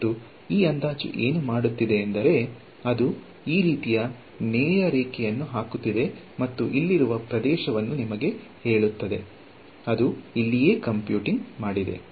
ಮತ್ತು ಈ ಅಂದಾಜು ಏನು ಮಾಡುತ್ತಿದೆ ಎಂದರೆ ಅದು ಈ ರೀತಿಯ ನೇರ ರೇಖೆಯನ್ನು ಹಾಕುತ್ತಿದೆ ಮತ್ತು ಇಲ್ಲಿರುವ ಪ್ರದೇಶವನ್ನು ನಿಮಗೆ ಹೇಳುತ್ತದೆ ಅದು ಇಲ್ಲಿಯೇ ಕಂಪ್ಯೂಟಿಂಗ್ ಮಾಡಿದೆ